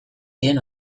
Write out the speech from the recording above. zien